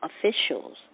officials